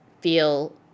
feel